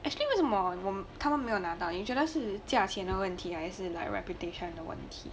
actually more more 他们没有拿到你觉得的是价钱的问题还是 like reputation 的问题